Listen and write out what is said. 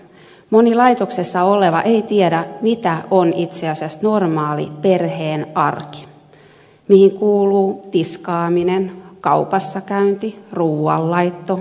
moni laitoksessa oleva ei tiedä mitä on itse asiassa normaali perheen arki johon kuuluu tiskaaminen kaupassakäynti ruuanlaitto siivous